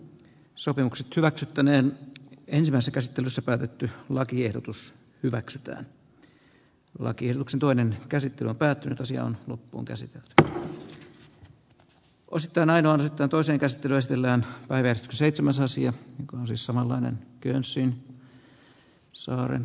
sopimukset hyväksyttäneen ensin asekäsittelyssä päätetty lakiehdotus hyväksytä vakierroksen toinen käsittely on päättynyt asian loppuunkäsite tarhalla olisi tänään on että toisen käsittelynstellään päivää seitsemäs asia oli samanlainen köysiin saaren